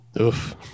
Oof